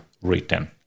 Written